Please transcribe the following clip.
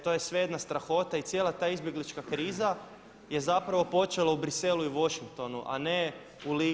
To je sve jedna strahota i cijela ta izbjeglička kriza je zapravo počela u Bruxellesu i Washingtonu, a ne